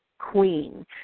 queen